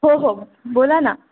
हो हो बोला ना